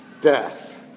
death